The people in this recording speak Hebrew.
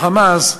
ה"חמאס",